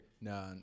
No